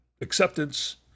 acceptance